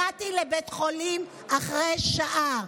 הגעתי לבית החולים אחרי שעה.